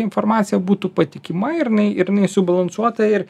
informacija būtų patikima ir jinai ir jinai subalansuota ir